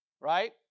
Right